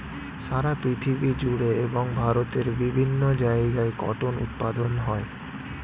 সারা পৃথিবী জুড়ে এবং ভারতের বিভিন্ন জায়গায় কটন উৎপাদন হয়